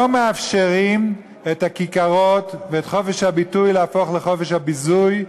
לא מאפשרים לכיכרות ולחופש הביטוי להפוך לחופש הביזוי,